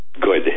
good